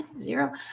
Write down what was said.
Zero